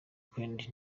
kandt